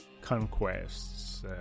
conquests